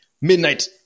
midnight